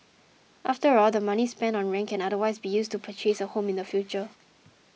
after all the money spent on rent can otherwise be used to purchase a home in the future